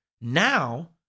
now